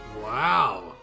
Wow